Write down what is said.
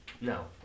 No